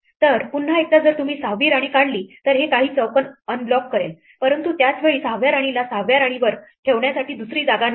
तर पुन्हा एकदा जर तुम्ही 6 वी राणी काढली तर हे काही चौकोन अनब्लॉक करेल परंतु त्याच वेळी 6 व्या राणीला 6 व्या राणीवर ठेवण्यासाठी दुसरी जागा नव्हती